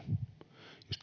jos